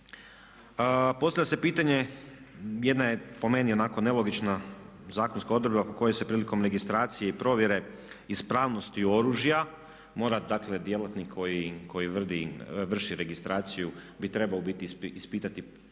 Postavlja se pitanje, jedna je po meni onako nelogična zakonska odredba po kojoj se prilikom registracije i provjere ispravnosti oružja mora dakle djelatnik koji vrši registraciju bi trebao ubiti ispitati